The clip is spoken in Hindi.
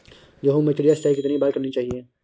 गेहूँ में चिड़िया सिंचाई कितनी बार करनी चाहिए?